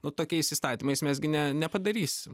nu tokiais įstatymais mes gi ne nepadarysim